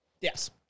Yes